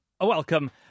welcome